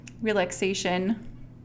relaxation